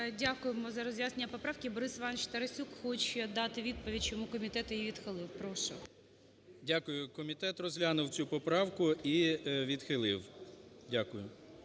Дякуємо за роз'яснення поправки. Борис Іванович Тарасюк хоче дати відповідь, чому комітет її відхилив. Прошу. 13:06:20 ТАРАСЮК Б.І. Дякую. Комітет розглянув цю поправку і відхилив. Дякую.